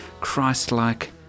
Christ-like